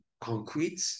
concrete